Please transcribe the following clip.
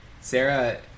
Sarah